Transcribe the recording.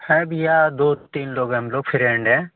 हैं भैया दो तीन लोग हैं हम लोग फ्रेंड हैं